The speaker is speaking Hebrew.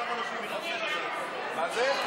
חודשים, מה זה?